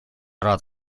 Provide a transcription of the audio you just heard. рад